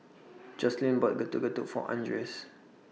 Jocelyn bought Getuk Getuk For Andres